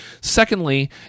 Secondly